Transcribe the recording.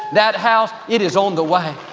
that house, it is on the way.